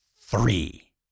Three